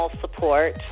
support